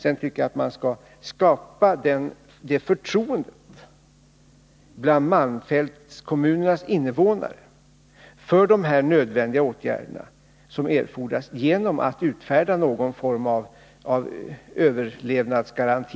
Enligt min mening skall vi försöka skapa förtroende bland malmfältskommunernas invånare för dessa nödvändiga åtgärder genom att utfärda någon form av överlevnadsgaranti.